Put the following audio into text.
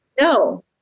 No